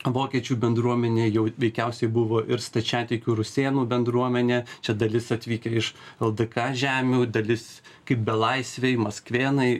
vokiečių bendruomenė jau veikiausiai buvo ir stačiatikių rusėnų bendruomenė čia dalis atvykę iš ldk žemių dalis kaip belaisviai maskvėnai